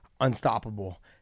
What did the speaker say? unstoppable